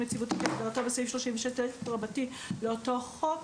יציבותי כהגדרתו בסעיף 36ט לאותו חוק",